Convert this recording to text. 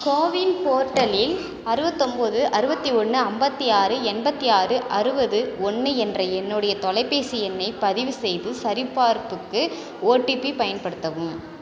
CoWIN போர்ட்டலில் அறுபத்தொம்போது அறுபத்தி ஒன்று ஐம்பத்தி ஆறு எண்பத்தி ஆறு அறுபது ஒன்று என்ற என்னுடைய தொலைபேசி எண்ணைப் பதிவு செய்து சரிபார்ப்புக்கு ஓடிபி பயன்படுத்தவும்